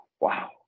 Wow